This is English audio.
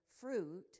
fruit